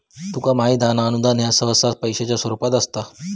तुका माहित हां ना, अनुदान ह्या सहसा पैशाच्या स्वरूपात असता